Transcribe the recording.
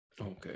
okay